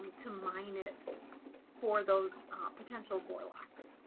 to mine it for those potential gorloks.